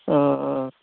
অঁ অঁ